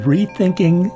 Rethinking